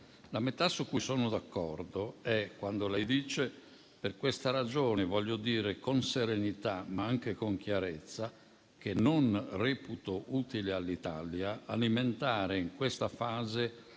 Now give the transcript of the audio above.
La metà su cui sono d'accordo è quando lei dice: «Per questa ragione voglio dire con serenità, ma anche con chiarezza, che non reputo utile all'Italia alimentare in questa fase